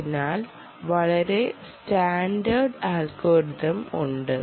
അതിനാൽ വളരെ standard algorithm ഉണ്ട്